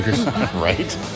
Right